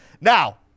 Now